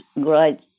great